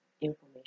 information